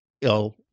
ill